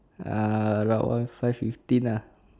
ah lot one five fifteen lah